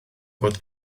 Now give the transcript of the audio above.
bod